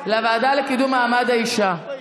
לוועדה לקידום מעמד האישה.